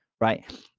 right